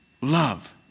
love